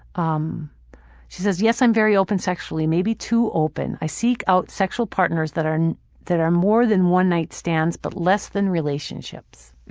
um she says, yes, i'm very open sexually but maybe too open. i seek out sexual partners that are that are more than one night stands but less than relationships.